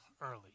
early